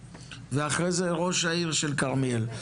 ואחרי זה ראש העיר של כרמיאל.